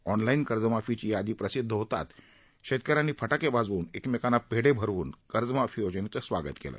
online कर्जमाफीची यादी प्रसिदध होताच शेतक यांनी फटाके वाजवून एकर्मेकांना पेढे भरुन कर्जमाफी योजनेचं स्वागत केलं